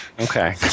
Okay